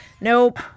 Nope